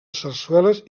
sarsueles